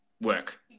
work